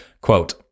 Quote